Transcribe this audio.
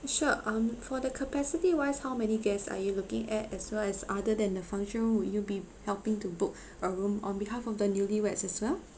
sure um for the capacity wise how many guests are you looking at as well as other than the function room would you be b~ helping to book a room on behalf of the newlyweds as well